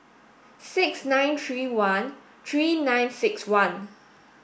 six nine three one three nine six one